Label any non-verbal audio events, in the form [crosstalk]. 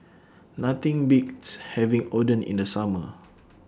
Nothing Beats having Oden in The Summer [noise]